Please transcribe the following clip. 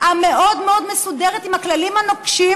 המאוד-מאוד מסודרת עם הכללים הנוקשים?